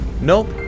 Nope